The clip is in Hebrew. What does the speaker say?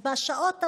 בשעות המתות,